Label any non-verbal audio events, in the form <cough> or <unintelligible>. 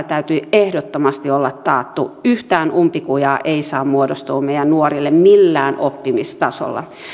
<unintelligible> täytyy ehdottomasti olla taattu yhtään umpikujaa ei saa muodostua meidän nuorille millään oppimistasolla